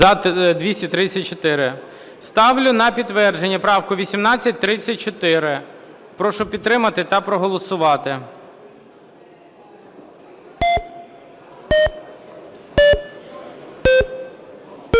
За-234 Ставлю на підтвердження правку 1834. Прошу підтримати та проголосувати.